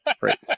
right